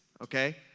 okay